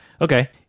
Okay